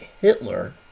Hitler